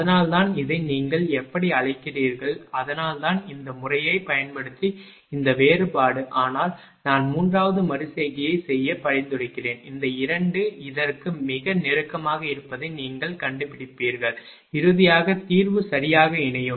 அதனால்தான் இதை நீங்கள் எப்படி அழைக்கிறீர்கள் அதனால்தான் இந்த முறையைப் பயன்படுத்தி இந்த வேறுபாடு ஆனால் நான் மூன்றாவது மறு செய்கையைச் செய்ய பரிந்துரைக்கிறேன் இந்த 2 இதற்கு மிக நெருக்கமாக இருப்பதை நீங்கள் கண்டுபிடிப்பீர்கள் இறுதியாக தீர்வு சரியாக இணையும்